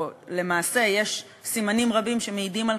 או למעשה יש סימנים רבים שמעידים על